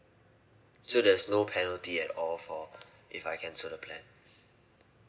so there's no penalty at all for if I cancel the plan